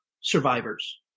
survivors